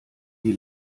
die